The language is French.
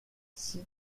six